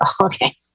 Okay